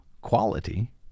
quality